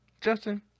Justin